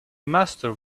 master